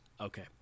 Okay